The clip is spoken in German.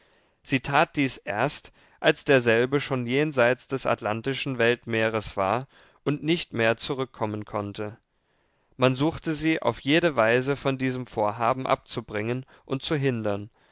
sie tat dies erst als derselbe schon jenseits des atlantischen weltmeers war und nicht mehr zurückkommen konnte man suchte sie auf jede weise von diesem vorhaben abzubringen und zu hindern